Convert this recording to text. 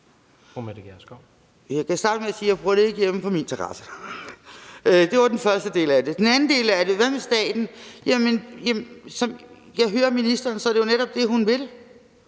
Jeg kan starte med at sige, at jeg ikke bruger det hjemme på min terrasse. Det var den første del af det. Den anden del handler om spørgsmålet: Hvad med staten? Jamen som jeg hører ministeren, er det jo netop det, hun vil,